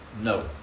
No